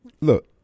Look